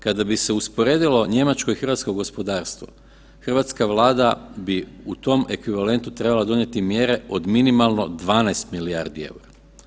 Kada bi se usporedilo njemačko i hrvatsko gospodarstvo, hrvatska Vlada bi u tom ekvivalentu trebala donijeti mjere od minimalno 12 milijardi eura.